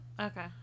Okay